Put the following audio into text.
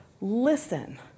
listen